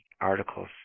articles